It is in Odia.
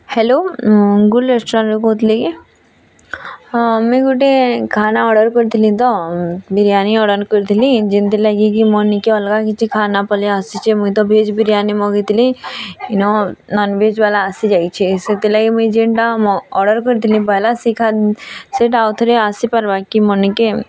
ହ୍ୟାଲୋ ଗୁଗୁଲ୍ ରେଷ୍ଟୁରେଣ୍ଟ୍ରୁ କହୁଥିଲେ କି ହଁ ମୁଇଁ ଗୁଟେ ଖାନା ଅର୍ଡ଼ର୍ କରିଥିଲି ତ ବିରିୟାନୀ ଅର୍ଡ଼ର୍ କରିଥିଲି ଯେନ୍ଥିର୍ଲାଗି କି ମୋର୍ ନିକେ ଅଲ୍ଗା କିଛି ଖାନା ପଲେଇ ଆସିଛେ ମୁଇଁ ତ ଭେଜ୍ ବିରିୟାନୀ ମଗେଇଥିଲି ଇନ ନନ୍ଭେଜ୍ବାଲା ଆସିଯାଇଛେ ସେଥିର୍ଲାଗି ମୁଇଁ ଯେନ୍ତା ଅର୍ଡ଼ର୍ କରିଥିଲି ପହେଲା ସେ ସେଟା ଆଉ ଥରେ ଆସି ପାର୍ବା କି ମର୍ନିକେ